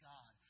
God